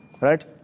right